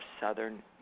southern